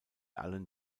allen